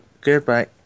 goodbye